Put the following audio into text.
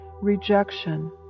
rejection